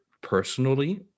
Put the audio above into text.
personally